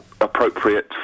Appropriate